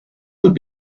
would